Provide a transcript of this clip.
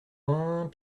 vingt